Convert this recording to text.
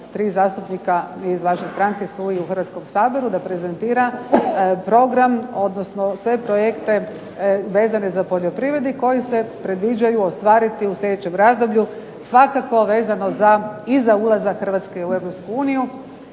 3 zastupnika iz vaše stranke su i u Hrvatskom saboru, da prezentira program, odnosno sve projekte vezane za poljoprivredu koji se predviđaju ostvariti u sljedećem razdoblju, svakako vezano i za ulazak Hrvatske u EU.